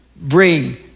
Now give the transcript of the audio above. bring